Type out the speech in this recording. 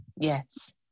Yes